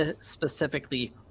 specifically